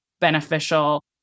beneficial